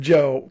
Joe